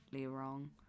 wrong